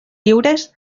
lliures